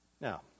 Now